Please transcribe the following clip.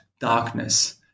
darkness